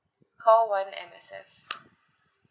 call one M_S_F